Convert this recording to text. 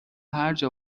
هرجا